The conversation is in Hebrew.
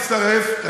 אם אנחנו נצטרף, יש.